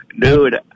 Dude